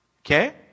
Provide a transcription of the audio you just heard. okay